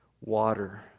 water